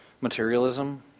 materialism